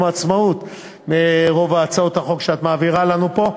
העצמאות מרוב הצעות החוק שאת מעבירה לנו פה.